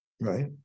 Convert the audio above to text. Right